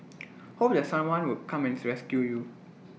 hope that someone would come and rescue you